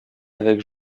avec